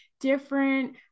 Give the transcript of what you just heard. different